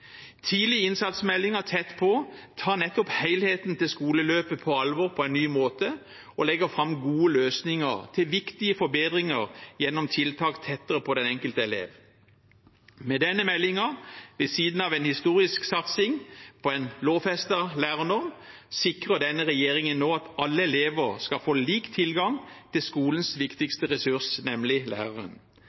Tidlig innsats-meldingen Tett på tar nettopp helheten i skoleløpet på alvor på en ny måte og legger fram gode løsninger til viktige forbedringer gjennom tiltak tettere på den enkelte elev. Med denne meldingen ved siden av en historisk satsing på en lovfestet lærernorm sikrer regjeringen nå at alle elever skal få lik tilgang til skolen viktigste ressurs, nemlig læreren.